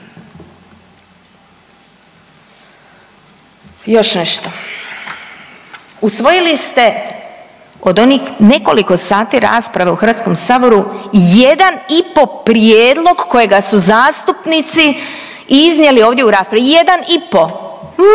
Još nešto. Usvojili ste od onih nekoliko sati rasprave u Hrvatskom saboru jedan i pol prijedlog kojega su zastupnici iznijeli ovdje u raspravi, jedan i pol,